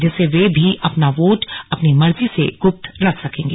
जिससे वे भी अपना वोट अपनी मर्जी से गुप्त रख सकेंगे